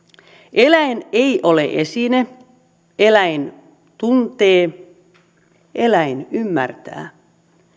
eläin ei ole esine eläin tuntee eläin ymmärtää